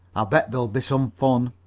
i'll bet there'll be some fun.